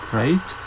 right